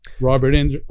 Robert